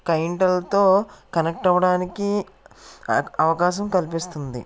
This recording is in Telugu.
క్లైంట్లతో కనెక్ట్ అవ్వడానికి అవకాశం కల్పిస్తుంది